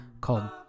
called